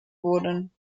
wurden